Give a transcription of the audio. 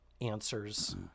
answers